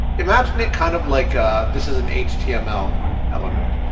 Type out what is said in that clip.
imagine it kind of like ah this is an html element.